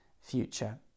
future